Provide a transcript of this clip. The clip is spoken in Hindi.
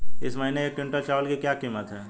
इस महीने एक क्विंटल चावल की क्या कीमत है?